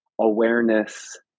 awareness